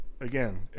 again